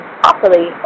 properly